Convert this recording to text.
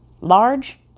Large